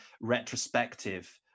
retrospective